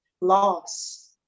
loss